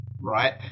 right